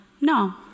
no